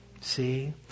See